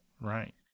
Right